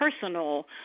personal